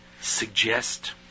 suggest